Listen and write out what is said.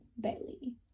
Bailey